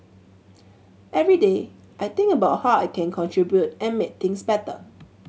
every day I think about how I can contribute and make things better